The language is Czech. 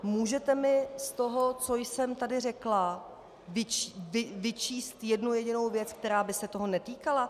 Můžete mi z toho, co jsem tady řekla, vyčíst jednu jedinou věc, která by se toho netýkala?